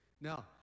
Now